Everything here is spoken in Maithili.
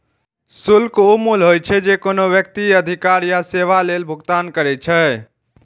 शुल्क ऊ मूल्य होइ छै, जे कोनो व्यक्ति अधिकार या सेवा लेल भुगतान करै छै